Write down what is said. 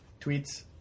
tweets